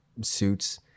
suits